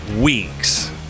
Weeks